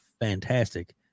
fantastic